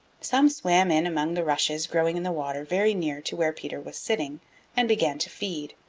some swam in among the rushes growing in the water very near to where peter was sitting and began to feed.